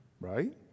right